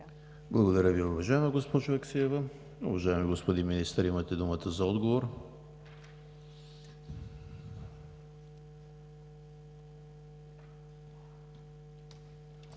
Благодаря Ви, уважаема госпожо Аксиева. Уважаеми господин Министър, имате думата за отговор.